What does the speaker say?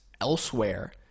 elsewhere